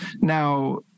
now